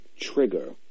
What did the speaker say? trigger